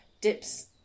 dips